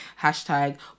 hashtag